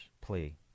plea